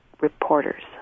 reporters